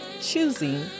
Choosing